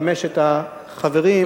חמשת החברים.